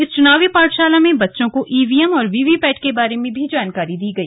इस चुनावी पाठशाला में बच्चों को ईवीएम और वीवीपैट के बारे में भी जानकारी दी गई